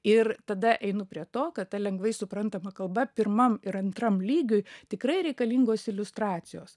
ir tada einu prie to kad ta lengvai suprantama kalba pirmam ir antram lygiui tikrai reikalingos iliustracijos